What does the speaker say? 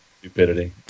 stupidity